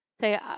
say